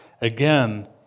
Again